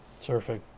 Surfing